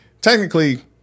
technically